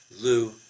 Lou